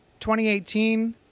2018